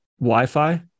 wi-fi